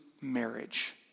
marriage